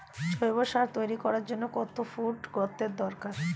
জৈব সার তৈরি করার জন্য কত ফুট গর্তের দরকার?